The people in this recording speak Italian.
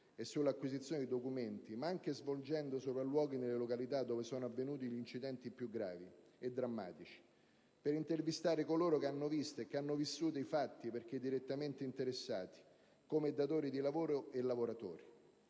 e sull'acquisizione di documenti, ma anche svolgendo sopralluoghi nelle località dove sono avvenuti gli incidenti più gravi e drammatici, per intervistare coloro che hanno visto e che hanno vissuto i fatti perché direttamente interessati, come datori di lavoro e lavoratori.